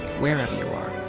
wherever you are,